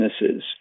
businesses